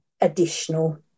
additional